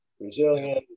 Brazilian